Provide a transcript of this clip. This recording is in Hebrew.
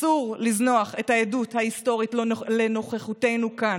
אסור לזנוח את העדות ההיסטורית לנוכחותנו כאן.